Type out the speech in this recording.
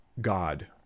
God